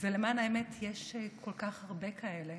ולמען האמת יש כל כך הרבה כאלה